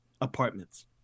apartments